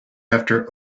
after